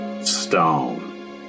stone